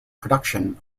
production